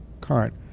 current